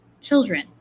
children